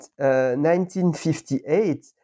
1958